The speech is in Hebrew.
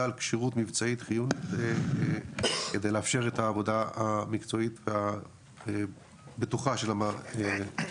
של כשירות מבצעית כדי לאפשר את העבודה המקצועית והבטוחה של מעברים.